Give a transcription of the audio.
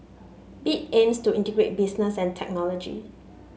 bit aims to integrate business and technology